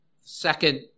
Second